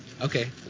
Okay